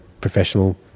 professional